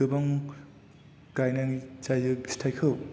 गोबां गायनाय जायो फिथायखौ